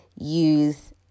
use